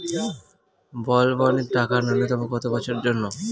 বলবনের টাকা ন্যূনতম কত বছরের জন্য?